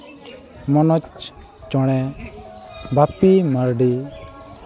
ᱢᱚᱱᱳᱡᱽ ᱪᱚᱬᱮ ᱵᱟᱯᱤ ᱢᱟᱨᱰᱤ